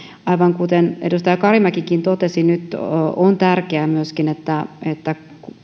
aivan kuten edustaja karimäkikin totesi nyt on tärkeää myöskin että että